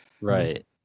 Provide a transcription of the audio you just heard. right